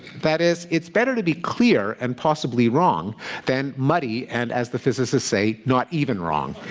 that is, it's better to be clear and possibly wrong than muddy and, as the physicists say, not even wrong.